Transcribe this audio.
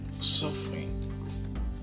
suffering